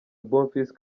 bonfils